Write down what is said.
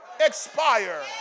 expire